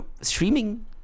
Streaming